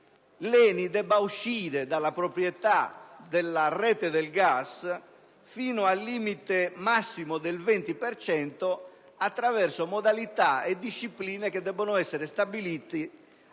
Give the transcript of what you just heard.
l'ENI debba uscire dalla proprietà della rete del gas fino al limite massimo del 20 per cento attraverso modalità e discipline che debbono essere stabiliti